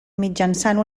mitjançant